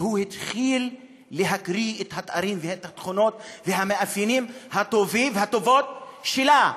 והתחיל להקריא את התארים ואת התכונות והמאפיינים הטובים שלה.